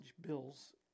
bills